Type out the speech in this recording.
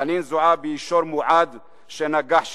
חנין זועבי היא שור מועד שנגח שלשום,